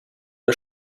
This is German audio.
der